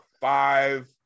five